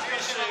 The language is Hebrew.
יש לי שאלה,